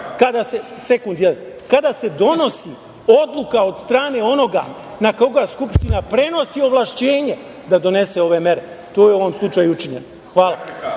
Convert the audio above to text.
kada se donosi odluka od strane onoga na koga Skupština prenosi ovlašćenje da donese ove mere. To je u ovom slučaju učinjeno. Hvala.